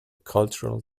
cultural